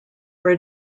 are